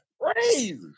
crazy